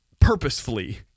purposefully